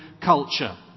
culture